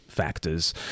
Factors